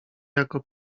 jako